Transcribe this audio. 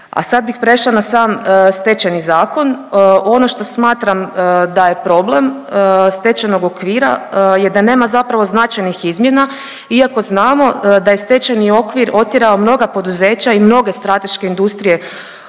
A sad bih prešla na sam Stečajni zakon, ono što smatram da je problem stečajnog okvira je da nema zapravo značajnih izmjena iako znamo da je stečajni okvir otjerao mnoga poduzeća i mnoge strateške industrije